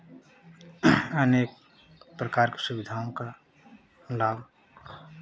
अनेक प्रकार के सुविधाओं का नाम